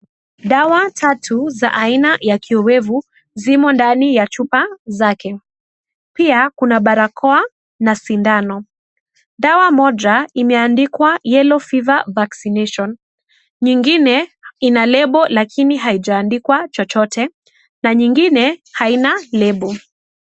Dawa tatu za aina ya kiowevu, zimo ndani ya chupa zake. Pia, kuna barakoa na sindano. Dawa moja, imeandikwa yellow fever vaccination , nyingine ina lebo lakini haijaandikwa chochote na nyingine haina lebo.